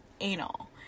anal